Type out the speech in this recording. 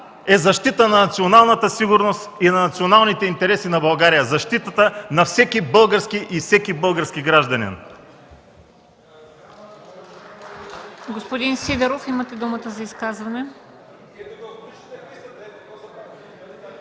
е защита на националната сигурност и на националните интереси на България, защитата на всеки български гражданин.